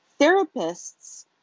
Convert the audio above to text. Therapists